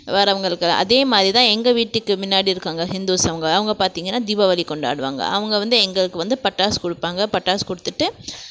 வரவங்களுக்கு அதே மாதிரிதான் எங்கள் வீட்டுக்கு முன்னாடி இருக்கவங்க ஹிந்துஸ் அவங்க அவங்க பார்த்திங்கனா தீபாவளி கொண்டாடுவாங்க அவங்க வந்து எங்களுக்கு வந்து பட்டாசு கொடுப்பாங்க பட்டாசு கொடுத்துட்டு